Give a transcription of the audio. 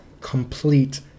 complete